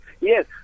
Yes